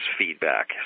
feedback